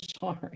Sorry